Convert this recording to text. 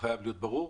וחייב להיות ברור.